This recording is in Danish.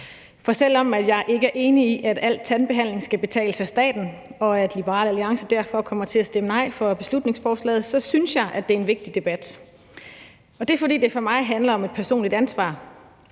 for selv om jeg ikke enig i, at al tandbehandling skal betales af staten, hvorfor Liberal Alliance kommer til at stemme nej til beslutningsforslaget, så synes jeg, det er en vigtig debat. Det er, fordi det for mig handler om et personligt ansvar.